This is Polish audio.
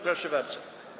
Proszę bardzo.